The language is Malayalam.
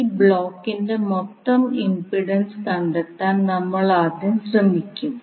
ഈ ബ്ലോക്കിന്റെ മൊത്തം ഇംപിഡൻസ് കണ്ടെത്താൻ നമ്മൾ ആദ്യം ശ്രമിക്കും